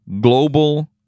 global